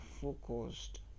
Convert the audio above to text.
focused